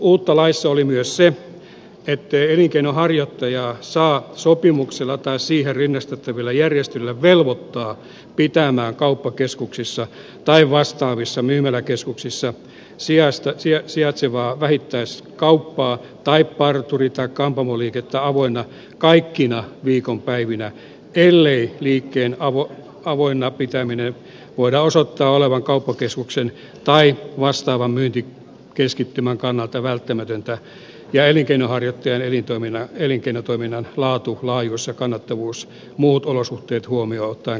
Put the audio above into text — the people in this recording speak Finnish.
uutta laissa oli myös se ettei elinkeinonharjoittajaa saa sopimuksella tai siihen rinnastettavilla järjestelyillä velvoittaa pitämään kauppakeskuksissa tai vastaavissa myymäläkeskuksissa sijaitsevaa vähittäiskauppaa tai parturi tai kampaamoliikettä avoinna kaikkina viikonpäivinä ellei liikkeen avoinna pitämisen voida osoittaa olevan kauppakeskuksen tai vastaavan myyntikeskittymän kannalta välttämätöntä ja elinkeinonharjoittajan elinkeinotoiminnan laatu laajuus kannattavuus ja muut olosuhteet huomioon ottaen kohtuullista